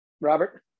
Robert